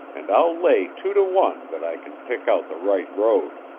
and i'll lay two to one that i can pick out the right road.